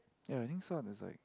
ya I think so there's like